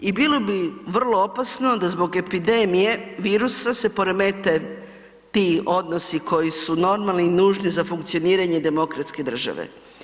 I bilo bi vrlo opasno da zbog epidemije virusa se poremete ti odnosi koji su normalni i nužni za funkcioniranje demokratske države.